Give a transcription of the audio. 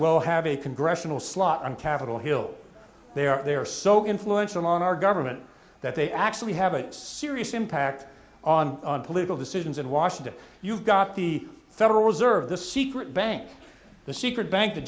well have a congressional slot on capitol hill they are they are so influential on our government that they actually have a serious impact on political decisions in washington you've got the federal reserve the secret bank the secret bank t